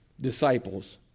disciples